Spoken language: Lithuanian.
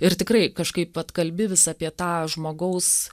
ir tikrai kažkaip vat kalbi vis apie tą žmogaus